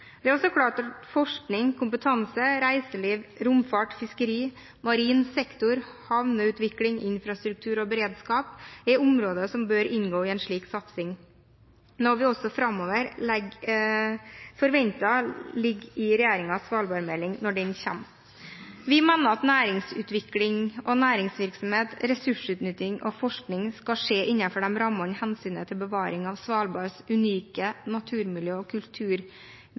Det er også klart at forskningskompetanse, reiseliv, romfart, fiskeri, marin sektor, havneutvikling, infrastruktur og beredskap er områder som bør inngå i en slik satsing, noe vi også forventer ligger i regjeringens svalbardmelding når den kommer. Vi mener at næringsutvikling og næringsvirksomhet, ressursutnytting og forskning skal skje innenfor de rammene hensynet til bevaring av Svalbards unike naturmiljø og